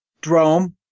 Drome